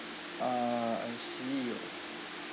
ah I see orh